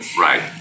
Right